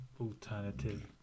alternative